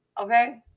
okay